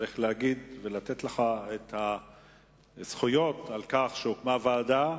צריך לתת לך את הזכויות על כך שהוקמה ועדה,